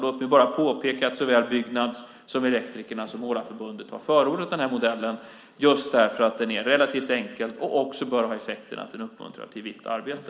Låt mig bara påpeka att såväl Byggnads som Elektrikerna och Målareförbundet har förordat modellen just därför att den är relativt enkel och även bör ha effekten att den uppmuntrar till vitt arbete.